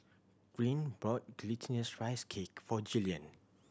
Greene bought Glutinous Rice Cake for Gillian